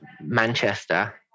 Manchester